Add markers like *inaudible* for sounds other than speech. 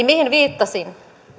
*unintelligible* mihin viittasin